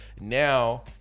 Now